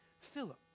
Philip